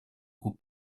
aux